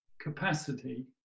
capacity